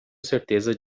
certeza